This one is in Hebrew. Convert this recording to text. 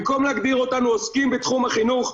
במקום להגדיר אותנו עוסקים בתחום החינוך,